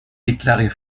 déclarer